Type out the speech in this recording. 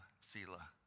Selah